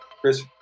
Chris